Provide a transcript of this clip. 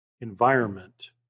environment